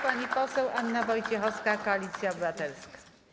Pani poseł Anna Wojciechowska, Koalicja Obywatelska.